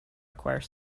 require